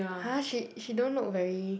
!huh! she she don't look very